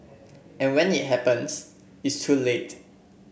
and when it happens it's too late